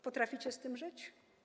Potraficie z tym żyć?